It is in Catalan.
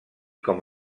com